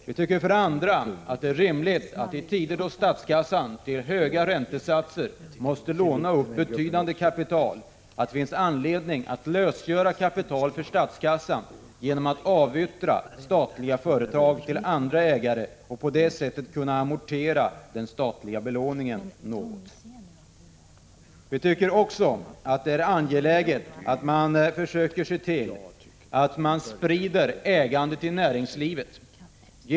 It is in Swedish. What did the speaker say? Vi tycker för det andra att det är rimligt i tider då statskassan till höga räntesatser måste låna upp betydande kapital, att man försöker lösgöra kapital för statskassan genom att avyttra statliga företag till andra ägare, för att på det sättet kunna amortera den statliga belåningen något. Vi tycker för det tredje att det är angeläget att försöka se till att man sprider ägandet i näringslivet.